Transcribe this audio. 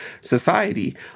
society